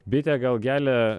bitė gelia